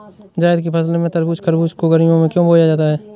जायद की फसले जैसे तरबूज़ खरबूज को गर्मियों में क्यो बोया जाता है?